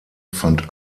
fand